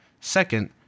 Second